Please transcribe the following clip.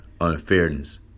unfairness